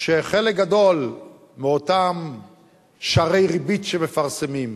שחלק גדול מאותם שערי ריבית שמפרסמים,